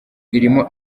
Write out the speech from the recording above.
irimo